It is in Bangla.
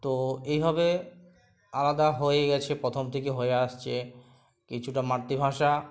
তো এইভাবে আলাদা হয়ে গেছে প্রথম থেকে হয়ে আসছে কিছুটা মাতৃভাষা